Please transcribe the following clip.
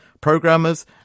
programmers